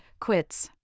quits